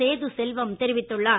சேது செல்வம் தெரிவித்துள்ளார்